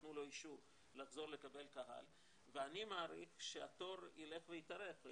נתנו לו אישור לחזור לקבל קהל ואני מעריך שהתור יילך ויתארך.